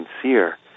sincere